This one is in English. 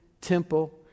temple